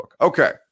Okay